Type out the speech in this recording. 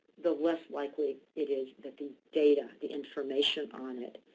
the less likely it is that the data, the information on it